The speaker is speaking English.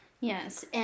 Yes